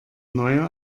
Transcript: neue